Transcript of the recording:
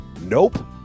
Nope